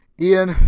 Ian